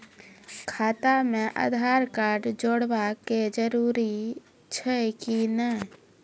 खाता म आधार कार्ड जोड़वा के जरूरी छै कि नैय?